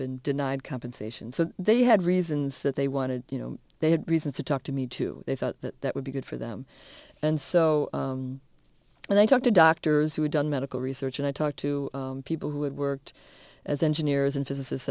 been denied compensation so they had reasons that they wanted you know they had reason to talk to me too they thought that that would be good for them and so they talked to doctors who had done medical research and i talked to people who had worked as engineers